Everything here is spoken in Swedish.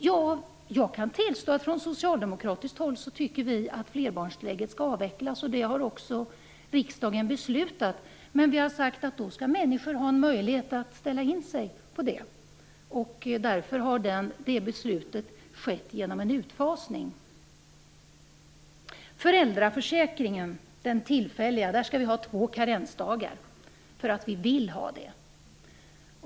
Ja, jag kan tillstå att vi från socialdemokratiskt håll tycker att flerbarnstillägget skall avvecklas, vilket också riksdagen har beslutat. Men vi har sagt att människor då skall ha möjlighet att ställa in sig på detta. Därför har beslutet skett genom en utfasning. I den tillfälliga föräldraförsäkringen skall vi ha två karensdagar därför att vi vill ha det.